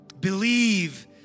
Believe